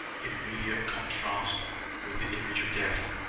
in immediate contrast with the image of death,